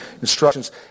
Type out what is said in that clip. instructions